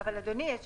אדוני היושב ראש,